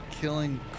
killing